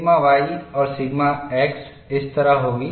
sigma y और sigma X इस तरह होगी